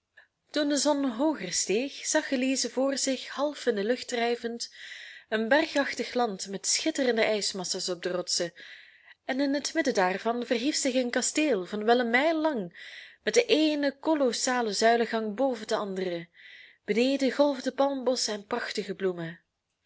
toen de zon hooger steeg zag elize voor zich half in de lucht drijvend een bergachtig land met schitterende ijsmassa's op de rotsen en in het midden daarvan verhief zich een kasteel van wel een mijl lang met de eene kolossale zuilengang boven de andere beneden golfden palmbosschen en prachtige bloemen